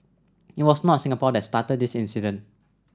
it was not Singapore that started this incident